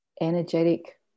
energetic